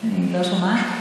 אני לא שומעת.